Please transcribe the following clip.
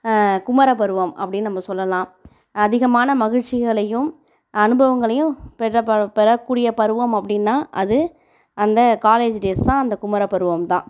குமர பருவம் அப்படினு நம்ம சொல்லலாம் அதிகமான மகிழ்ச்சிகளையும் அனுபவங்களையும் பெறக் கூடிய பருவம் அப்படினா அது அந்த காலேஜ் டேஸ் தான் அந்த குமர பருவம் தான்